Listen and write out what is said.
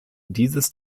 dieses